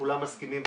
כולם מסכימים,